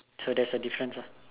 so there's a difference ah